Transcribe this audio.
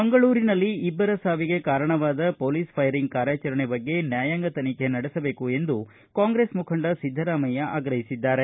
ಮಂಗಳೂರಿನಲ್ಲಿ ಇಬ್ಬರ ಸಾವಿಗೆ ಕಾರಣವಾದ ಪೊಲೀಸ್ ಫೈರಿಂಗ್ ಕಾರ್ಯಾಚರಣೆ ಬಗ್ಗೆ ನ್ಯಾಯಾಂಗ ತನಿಖೆ ನಡೆಸಬೇಕು ಎಂದು ಕಾಂಗ್ರೆಸ್ ಮುಖಂಡ ಸಿದ್ದರಾಮಯ್ಯ ಆಗ್ರಹಿಸಿದ್ದಾರೆ